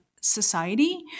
society